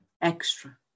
extra